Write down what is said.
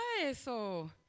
eso